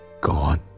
gone